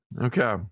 Okay